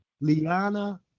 Liana